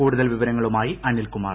കൂടുതൽ വിവരങ്ങളുമായി അമ്നിൽകുമാർ